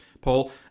Paul